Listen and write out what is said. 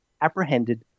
apprehended